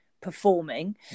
performing